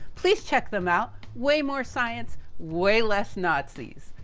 please check them out. way more science, way less nazis.